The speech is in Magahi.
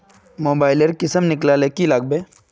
मोबाईल लेर किसम निकलाले की लागबे?